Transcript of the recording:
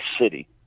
city